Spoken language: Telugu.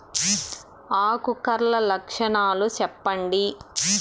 ఆకు కర్ల లక్షణాలు సెప్పండి